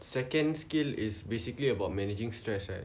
second skill is basically about managing stress right